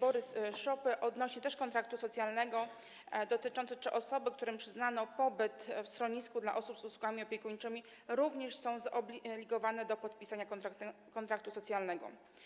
Borys-Szopy odnośnie do kontraktu socjalnego dotyczyło tego, czy osoby, którym przyznano pobyt w schronisku dla osób bezdomnych z usługami opiekuńczymi, również są zobligowane do podpisania kontraktu socjalnego.